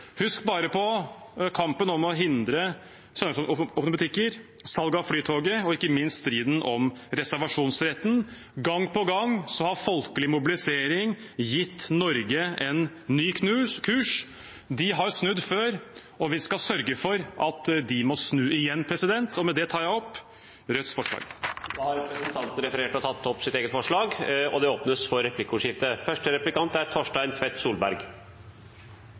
Husk bare på kampen om å hindre søndagsåpne butikker, salg av Flytoget og ikke minst striden om reservasjonsretten. Gang på gang har folkelig mobilisering gitt Norge en ny kurs. De har snudd før, og vi skal sørge for at de må snu igjen. Med det tar jeg opp Rødts forslag. Da har representanten Bjørnar Moxnes tatt opp det forslaget han refererte til. Det blir replikkordskifte. Representanten tok opp den negative utviklingen i arbeidslivet i sitt innlegg. Som det